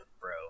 bro